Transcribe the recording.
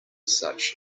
such